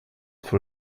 for